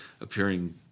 appearing